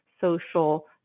social